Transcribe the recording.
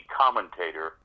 commentator